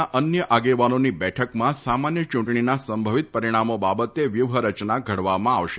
ના અન્ય આગેવાનોની બેઠકમાં સામાન્ય ચૂંટણીના સંભવિત પરિણામો બાબતે વ્યુહ રચના ઘડવામાં આવશે